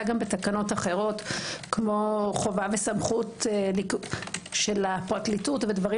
גם בתקנות אחרות כמו חובה וסמכות של הפרקליטות ודברים